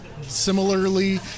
similarly